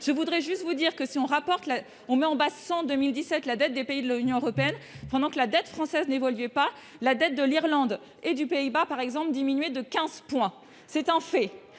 je voudrais juste vous dire que si on rapporte la on met en basse en 2017, la dette des pays de l'Union européenne, pendant que la dette française n'évoluaient pas la dette de l'Irlande et du Pays-Bas par exemple, diminué de 15,7 en fait